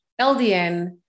ldn